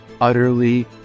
utterly